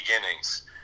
beginnings